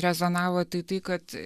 rezonavo tai tai kad